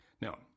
Now